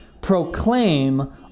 proclaim